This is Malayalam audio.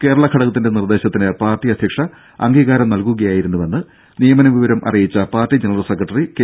കേരളഘടകത്തിന്റെ നിർദേശത്തിന് പാർട്ടി അധ്യക്ഷ അംഗീകാരം നൽകുകയായിരുന്നുവെന്ന് നിയമന വിവരം അറിയിച്ച പാർട്ടി ജനറൽസെക്രട്ടറി കെ